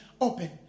Open